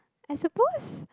I suppose